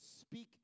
speak